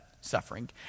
suffering